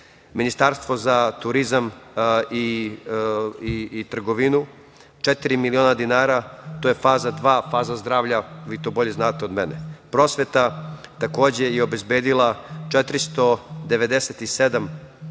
Ministarstvo za turizam i trgovinu četiri miliona dinara, to je faza 2, faza zdravlja, vi to bolje znate od mene. Prosveta, takođe je obezbedila 794.000